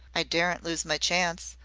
i daren't lose my chance.